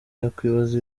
yakwibaza